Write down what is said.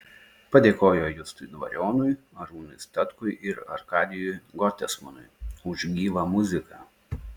padėkojo justui dvarionui arūnui statkui ir arkadijui gotesmanui už gyvą muziką